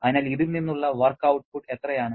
അതിനാൽ ഇതിൽ നിന്നുള്ള വർക്ക് ഔട്ട്പുട്ട് എത്രയാണ്